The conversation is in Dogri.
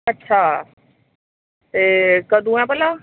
अच्छा ते कदूं ऐ भला